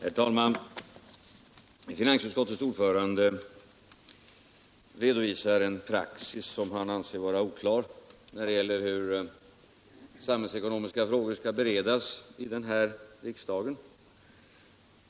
Herr talman! Finansutskottets ordförande redovisar en praxis som han anser vara oklar när det gäller hur samhällsekonomiska frågor skall beredas i riksdagen.